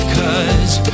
cause